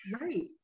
Right